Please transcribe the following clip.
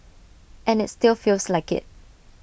and IT still feels like IT